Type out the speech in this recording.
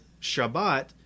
Shabbat